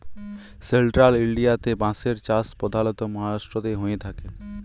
central ইলডিয়াতে বাঁশের চাষ পধালত মাহারাষ্ট্রতেই হঁয়ে থ্যাকে